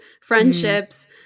friendships